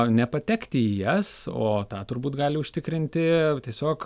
nepatekti į jas o tą turbūt gali užtikrinti tiesiog